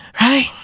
Right